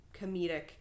comedic